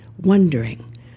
wondering